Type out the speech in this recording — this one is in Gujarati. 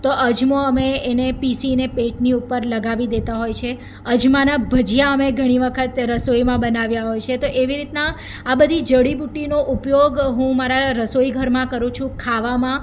તો અજમો અમે એને પીસીને પેટની ઉપર લગાવી દેતા હોય છે અજમાના ભજીયા અમે ઘણી વખત રસોઈમાં બનાવ્યા હોય છે તો એવી રીતના આ બધી જડીબુટ્ટીનો ઉપયોગ હું મારા રસોઈઘરમાં કરું છું ખાવામાં